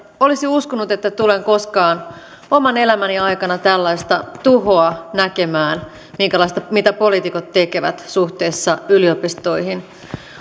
olisi uskonut että tulen koskaan oman elämäni aikana tällaista tuhoa näkemään mitä poliitikot tekevät suhteessa yliopistoihin